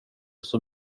som